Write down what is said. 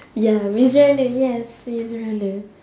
ya maze runner yes maze runner